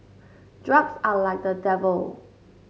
drugs are like the devil